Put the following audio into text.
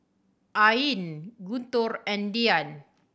Ain Guntur and Dian